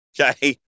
Okay